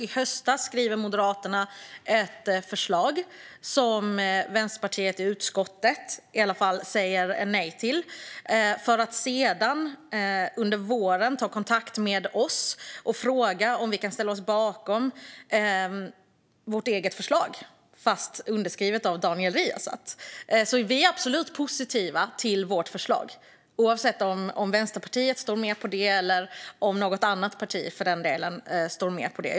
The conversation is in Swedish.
I höstas skrev Moderaterna ett förslag som Vänsterpartiet i utskottet i varje fall säger nej till för att sedan under våren ta kontakt med oss och fråga om vi kan ställa oss bakom vårt eget förslag, fast underskrivet av Daniel Riazat. Vi är absolut positiva till vårt förslag oavsett om Vänsterpartiet står med på det eller om något annat parti för den delen står med på det.